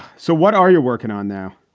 so what are you working on now?